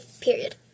period